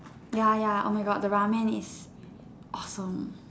ya ya oh my God the Ramen is awesome